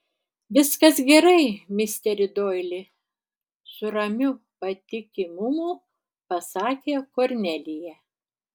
viskas gerai misteri doili su ramiu patikimumu pasakė kornelija